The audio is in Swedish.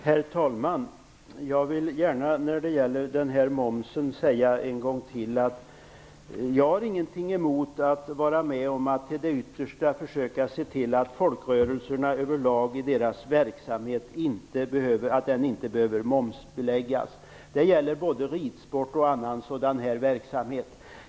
Herr talman! Jag vill än en gång säga att jag inte har någonting emot att vara med om att till det yttersta försöka se till att folkrörelsernas verksamhet överlag inte momsbeläggs. Det gäller både ridsportområdet och liknande verksamhet.